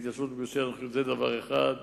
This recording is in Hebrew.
זה דבר אחד,